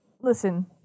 listen